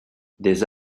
des